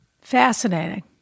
Fascinating